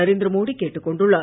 நரேந்திர மோடி கேட்டுக் கொண்டுள்ளார்